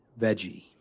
veggie